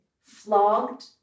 flogged